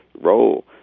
role